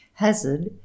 Hazard